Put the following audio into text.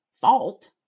fault